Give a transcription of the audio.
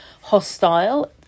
hostile